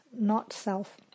not-self